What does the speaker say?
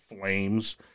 flames